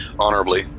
Honorably